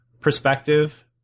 perspective